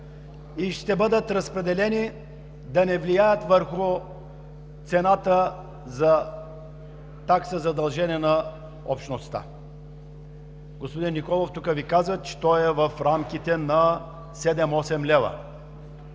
и ще бъдат разпределени, да не влияят върху цената за такса задължение на общността. Господин Николов тук Ви каза, че то е в рамките на 7 – 8 лв.